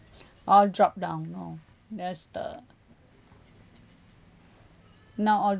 all dropped down you know there's the now all